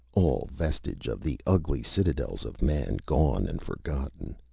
all vestige of the ugly citadels of man gone and forgotten.